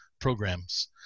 programs